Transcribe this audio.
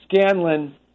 Scanlon